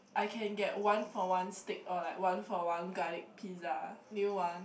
I can get one for one steak or like one for one garlic pizza do you want